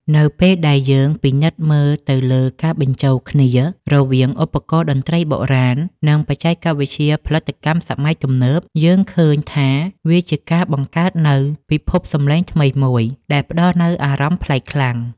នៅពេលដែលយើងពិនិត្យមើលទៅលើការបញ្ចូលគ្នា រវាងឧបករណ៍តន្ត្រីបុរាណ និងបច្ចេកវិទ្យាផលិតកម្មសម័យទំនើប យើងឃើញថាវាជាការបង្កើតនូវពិភពសំឡេងថ្មីមួយដែលផ្តល់នូវអារម្មណ៍ប្លែកខ្លាំង។